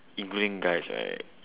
including guys right